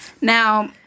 Now